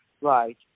Right